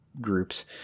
groups